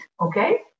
okay